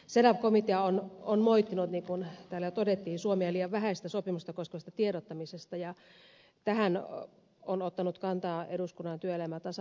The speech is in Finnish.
cedaw komitea on moittinut niin kuin täällä jo todettiin suomea liian vähäisestä sopimusta koskevasta tiedottamisesta ja tähän on ottanut kantaa eduskunnan työelämä ja tasa arvovaliokunta